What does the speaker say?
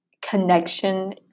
connection